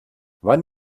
wann